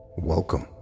Welcome